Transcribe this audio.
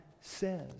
says